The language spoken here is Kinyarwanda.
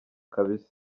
kbs